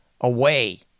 away